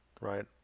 right